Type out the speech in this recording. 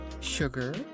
sugar